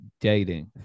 dating